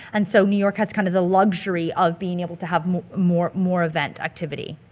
and so new york has kind of the luxury of being able to have more-more event activity.